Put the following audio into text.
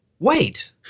wait